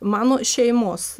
mano šeimos